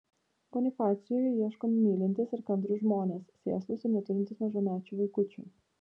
bonifacijui ieškomi mylintys ir kantrūs žmonės sėslūs ir neturintys mažamečių vaikučių